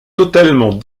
totalement